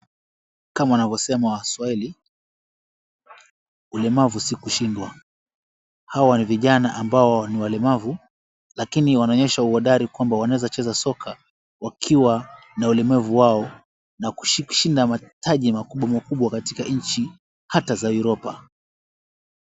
Kama wanavyosema waswahili, ulemavu si kushindwa. Hawa ni vijana ambao ni walemavu lakini wanaonyesa uhodari kwamba wanaweza cheza soccer ,wakiwa na ulemavu wao na kushinda mataji makubwa makubwa katika nchi hata za Europa.